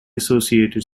associated